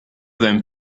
than